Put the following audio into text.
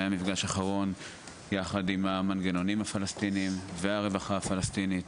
היה מפגש אחרון יחד עם המנגנונים הפלסטיניים והרווחה הפלסטינית.